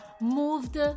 moved